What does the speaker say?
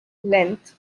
length